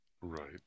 Right